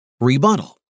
Rebuttal